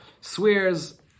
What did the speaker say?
swears